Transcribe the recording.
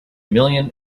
million